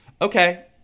Okay